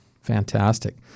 Fantastic